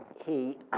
he,